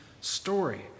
story